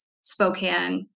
Spokane